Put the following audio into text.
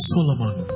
Solomon